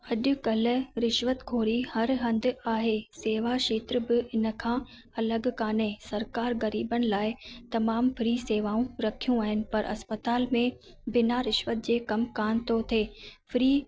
अॼु कल्ह रिश्वत ख़ोरी हर हंधु आहे सेवा क्षेत्र बि इन खां अलॻि कान्हे सरकार ग़रीबनि लाइ तमामु फ़्री सेवाऊं रखियूं आहिनि पर अस्पताल में बिना रिश्वत जे कमु कान थो थिए फ़्री